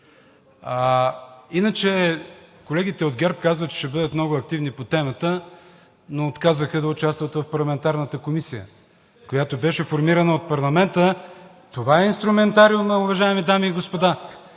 Иначе, колегите от ГЕРБ казват, че ще бъдат много активни по темата, но отказаха да участват в парламентарната Комисия, която беше формирана от парламента. (Шум и реплики.) Това е инструментариумът, уважаеми дами и господа.